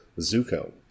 Zuko